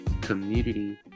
community